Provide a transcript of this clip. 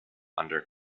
under